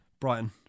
Brighton